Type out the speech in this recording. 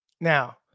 Now